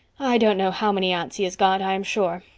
i don't know how many aunts he has got, i am sure.